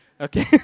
Okay